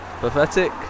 Pathetic